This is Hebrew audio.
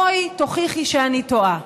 בואי תוכיחי שאני טועה.